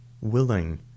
willing